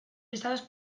pesadas